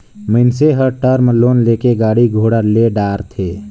मइनसे हर term loan लेके घलो गाड़ी घोड़ा ले डारथे